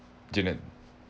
Janan